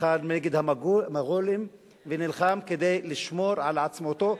נלחם נגד המונגולים, ונלחם כדי לשמור על עצמאותו.